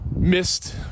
Missed